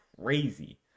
crazy